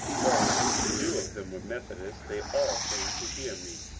though few of them were methodists, they all came to hear me,